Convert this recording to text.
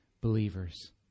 believers